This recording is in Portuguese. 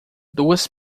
duas